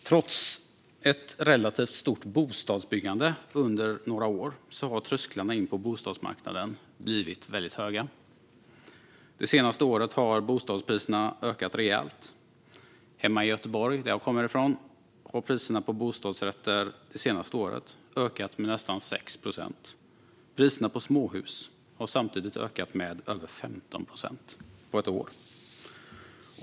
Trots ett relativt stort bostadsbyggande under några år har trösklarna till bostadsmarknaden blivit väldigt höga. Det senaste året har bostadspriserna ökat rejält. Hemma i Göteborg, som jag kommer ifrån, har priserna på bostadsrätter det senaste året ökat med nästan 6 procent. Priserna på småhus har samtidigt ökat med över 15 procent på ett år.